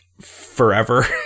forever